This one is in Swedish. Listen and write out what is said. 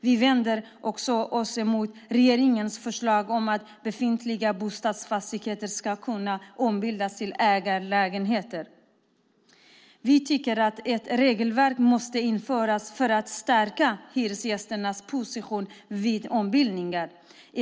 Vi vänder oss också mot regeringens förslag om att befintliga bostadsfastigheter ska kunna ombildas till ägarlägenheter. Vi tycker att ett regelverk måste införas för att stärka hyresgästers position vid ombildningar.